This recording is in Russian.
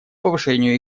повышению